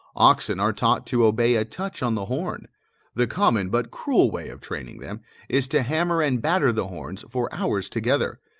oxen are taught to obey a touch on the horn the common but cruel way of training them is to hammer and batter the horns for hours together,